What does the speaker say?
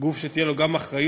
גוף שיהיו לו גם אחריות,